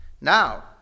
Now